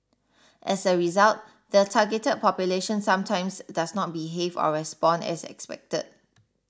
as a result the targeted population sometimes does not behave or respond as expected